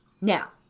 Now